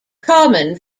common